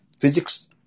physics